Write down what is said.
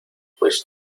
pues